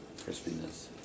crispiness